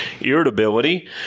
irritability